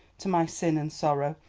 to my sin and sorrow,